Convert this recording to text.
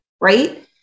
right